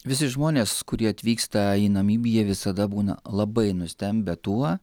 visi žmonės kurie atvyksta į namibiją visada būna labai nustembę tuo